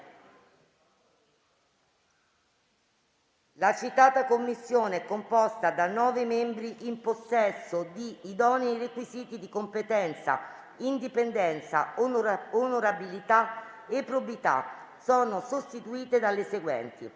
"La citata Commissione è composta da nove membri in possesso di idonei requisiti di competenza, indipendenza, onorabilità e probità", sono sostituite dalle seguenti: